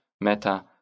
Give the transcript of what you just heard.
Meta